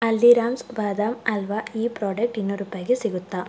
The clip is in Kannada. ಹಲ್ದೀರಾಮ್ಸ್ ಬಾದಾಮ್ ಹಲ್ವ ಈ ಪ್ರಾಡಕ್ಟ್ ಇನ್ನೂರು ರೂಪಾಯ್ಗೆ ಸಿಗುತ್ತಾ